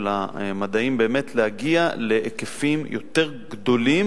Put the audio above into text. המדעים" באמת להגיע להיקפים יותר גדולים,